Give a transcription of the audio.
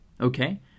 Okay